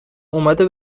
اومده